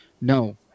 No